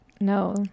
No